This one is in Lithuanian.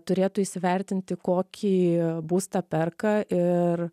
turėtų įsivertinti kokį būstą perka ir